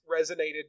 resonated